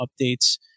updates